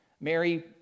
Mary